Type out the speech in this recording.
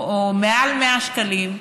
או מעל 100 שקלים,